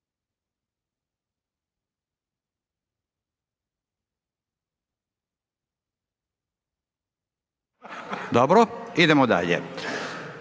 Dobro, idemo dalje.